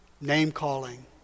name-calling